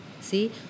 See